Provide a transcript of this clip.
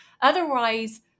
Otherwise